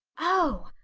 oh!